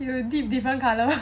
you did different colour